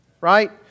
Right